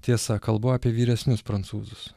tiesa kalbu apie vyresnius prancūzus